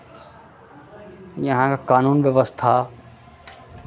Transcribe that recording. यहाँके कानून व्यवस्था